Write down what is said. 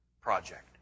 project